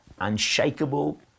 unshakable